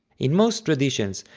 in most traditions,